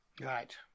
Right